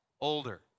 older